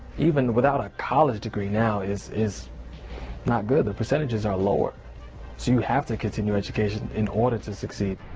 even without a college degree now, is is not good. the percentages are lower, so you have to continue your education in order to succeed.